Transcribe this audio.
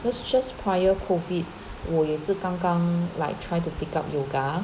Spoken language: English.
cause just prior COVID 我也是刚刚 like try to pick up yoga